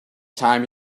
time